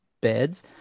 beds